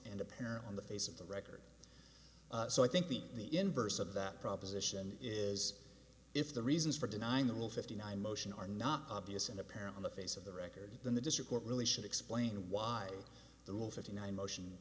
apparent on the face of the record so i think the the inverse of that proposition is if the reasons for denying the rule fifty nine motion are not obvious and apparent on the face of the record then the district court really should explain why the rule fifty nine motion